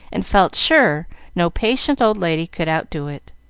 and felt sure no patient old lady could outdo it.